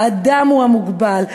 האדם הוא המוגבל,